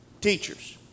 teachers